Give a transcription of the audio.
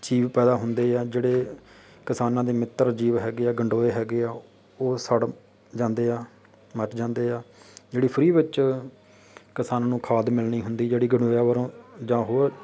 ਜੀਵ ਪੈਦਾ ਹੁੰਦੇ ਆ ਜਿਹੜੇ ਕਿਸਾਨਾਂ ਦੇ ਮਿੱਤਰ ਜੀਵ ਹੈਗੇ ਆ ਗੰਡੋਏ ਹੈਗੇ ਆ ਉਹ ਸੜ ਜਾਂਦੇ ਆ ਮੱਚ ਜਾਂਦੇ ਆ ਜਿਹੜੀ ਫਰੀ ਵਿੱਚ ਕਿਸਾਨਾਂ ਨੂੰ ਖਾਦ ਮਿਲਣੀ ਹੁੰਦੀ ਜਿਹੜੀ ਗੰਡੋਇਆਂ ਵੱਲੋਂ ਜਾਂ ਹੋਰ